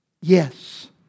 yes